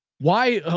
why, ah